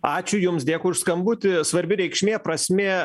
ačiū jums dėkui už skambutį svarbi reikšmė prasmė